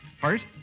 First